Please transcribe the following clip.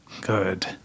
good